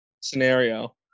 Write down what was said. scenario